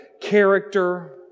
character